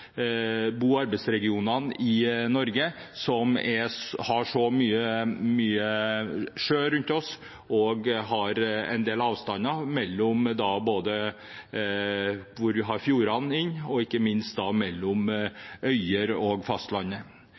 bo- og arbeidsregionene i Norge, her vi har så mye sjø rundt oss, en del avstander inn fjordene og ikke minst mellom øyene og fastlandet.